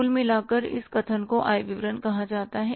और कुल मिलाकर इस कथन को आय विवरण कहा जाता है